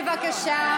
בבקשה.